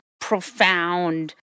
profound